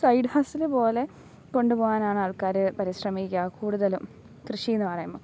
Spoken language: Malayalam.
സൈഡ് ഹസല് പോലെ കൊണ്ട് പോവാനാണ് ആൾക്കാർ പരിശ്രമിക്കുക കൂടുതലും കൃഷി എന്നു പറയുമ്പോൾ